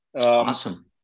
Awesome